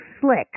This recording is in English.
slick